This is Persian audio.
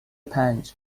پنج